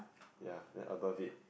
ya then above it